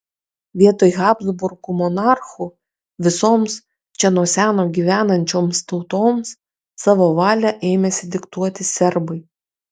vietoj habsburgų monarchų visoms čia nuo seno gyvenančioms tautoms savo valią ėmėsi diktuoti serbai